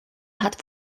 hat